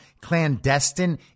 clandestine